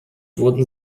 wurden